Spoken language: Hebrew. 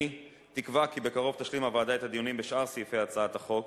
אני תקווה כי בקרוב תשלים הוועדה את הדיונים בשאר סעיפי הצעת החוק